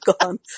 gone